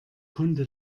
kunde